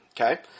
Okay